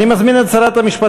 אני מזמין את שרת המשפטים,